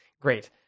great